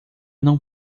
não